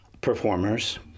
performers